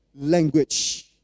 language